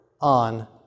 on